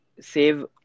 save